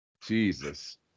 Jesus